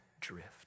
drift